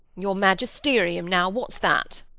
your magisterium now, what's that?